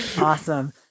Awesome